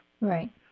Right